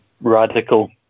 radical